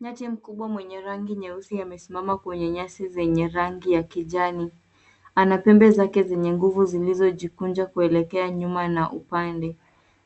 Nyati mkubwa mwenye rangi nyeusi amesimama kwenye nyasi zenye rangi ya kijani. Ana pembe zake zenye nguvu zilizojikunja kuelekea nyuma na upande,